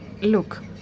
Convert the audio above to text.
Look